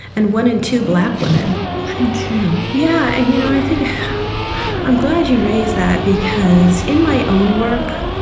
and one in two black women one in two yeah. and, you know i think i'm glad you raise that, because in my own work,